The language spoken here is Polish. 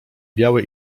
biały